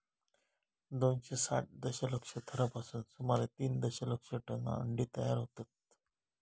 दोनशे साठ दशलक्ष थरांपासून सुमारे तीन दशलक्ष टन अंडी तयार होतत